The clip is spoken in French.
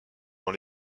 dans